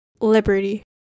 Liberty